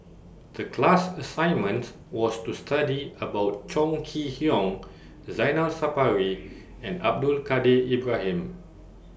The class assignment was to study about Chong Kee Hiong Zainal Sapari and Abdul Kadir Ibrahim